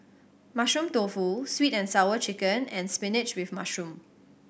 Mushroom Tofu Sweet And Sour Chicken and spinach with mushroom